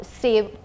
save